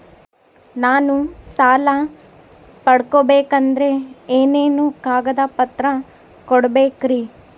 ನಾನು ಸಾಲ ಪಡಕೋಬೇಕಂದರೆ ಏನೇನು ಕಾಗದ ಪತ್ರ ಕೋಡಬೇಕ್ರಿ?